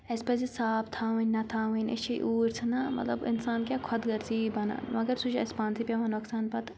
اَسہِ پَزِ صاف تھاوٕنۍ نہ تھاوٕنۍ أسۍ چھِ اوٗرۍ ژھٕنان مطلب اِنسان کیٛاہ خۄدگر ژٕ یہِ بَنان مگر سُہ چھُ اَسہِ پانہٕ سٕے پیٚوان نۄقصان پَتہٕ